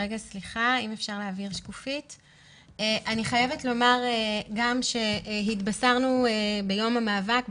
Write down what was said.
אני חייבת לומר שהתבשרנו ביום המאבק,